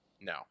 No